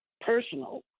personal